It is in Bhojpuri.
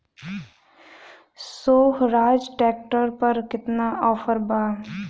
सोहराज ट्रैक्टर पर केतना ऑफर बा?